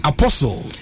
Apostle